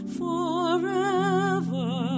forever